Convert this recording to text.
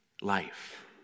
life